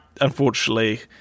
unfortunately